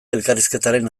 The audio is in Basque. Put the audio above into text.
elkarrizketaren